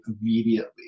immediately